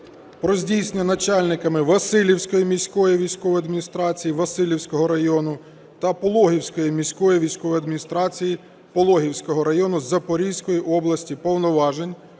здійснення начальниками Василівської міської військової адміністрації Василівського району та Пологівської міської військової адміністрації Пологівського району Запорізької області повноважень,